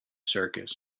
circus